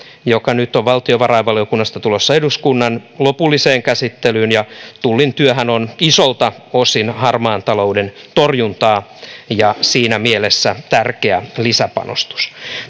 joka nyt on valtiovarainvaliokunnasta tulossa eduskunnan lopulliseen käsittelyyn ja tullin työhän on isoilta osin harmaan talouden torjuntaa ja siinä mielessä tärkeä lisäpanostus